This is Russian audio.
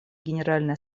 генеральной